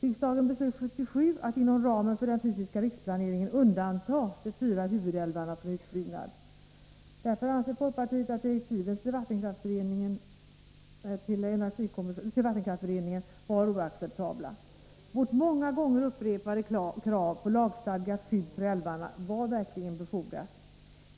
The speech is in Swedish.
Riksdagen beslöt 1977 att inom ramen för den fysiska riksplaneringen undanta de fyra huvudälvarna från utbyggnad. Därför anser folkpartiet att direktiven till vattenkraftberedningen var oacceptabla. Vårt många gånger upprepade krav på lagstadgat skydd för älvarna var verkligen befogat.